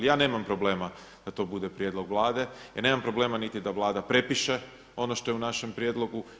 Ja nemam problema da to bude prijedlog Vlade, ja nemam problema niti da Vlada prepiše ono što je u našem prijedlogu.